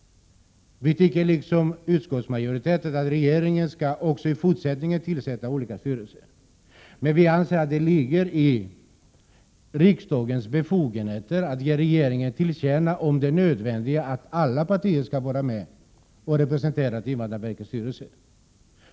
Vi, liksom utskottsmajoriteten, tycker att regeringen också i fortsättningen skall tillsätta olika styrelser. Däremot anser vi att det ingår i riksdagens befogenheter att ge regeringen till känna det nödvändiga i att alla partier är representerade i invandrarverkets styrelse.